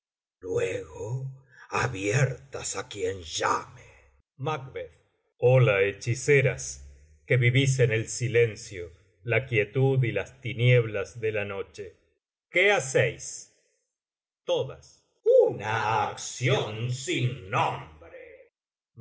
luego abiertas á quien llame hola hechiceras que vivís en el silencio la quietud y las tinieblas de la noche qué hacéis una acción sin nombre